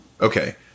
Okay